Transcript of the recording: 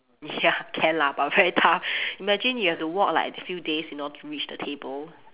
ya can lah but very tough imagine you have to walk like a few days in order to reach the table